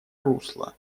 русло